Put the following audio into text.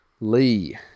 Lee